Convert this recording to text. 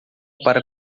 para